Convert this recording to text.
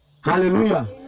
hallelujah